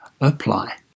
apply